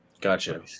Gotcha